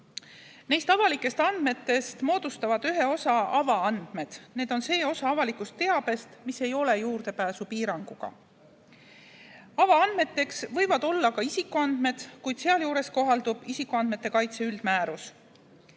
Neist avalikest andmetest moodustavad ühe osa avaandmed. Need on see osa avalikust teabest, mis ei ole juurdepääsupiiranguga. Avaandmeteks võivad olla ka isikuandmed, kuid sealjuures kohaldub neile isikuandmete kaitse üldmäärus.